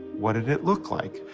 what did it look like.